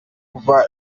kuva